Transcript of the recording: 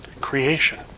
Creation